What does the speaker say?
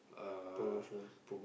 promotions